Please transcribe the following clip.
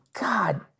god